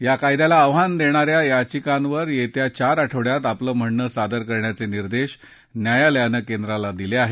या कायद्याला आव्हान देणा या याचिकांवर येत्या चार आठवड्यात आपलं म्हणणं सादर करण्याचे निर्देश न्यायालयानं केंद्राला दिले आहेत